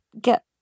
Get